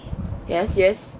yes yes